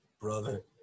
brother